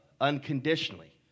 unconditionally